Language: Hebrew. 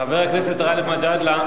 חבר הכנסת גאלב מג'אדלה.